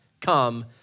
come